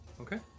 Okay